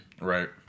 Right